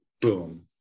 boom